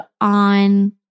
on